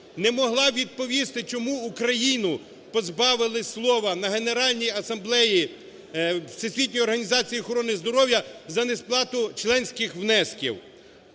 Не могла відповісти, чому Україну позбавили слова на Генеральній Асамблеї Всесвітньої Організації охорони здоров'я. За несплату членських внесків.